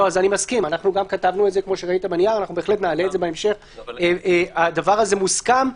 הדבר הזה מוסכם.